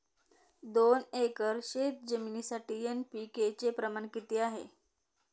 दोन एकर शेतजमिनीसाठी एन.पी.के चे प्रमाण किती आहे?